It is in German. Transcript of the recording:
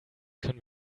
können